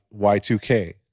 y2k